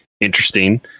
interesting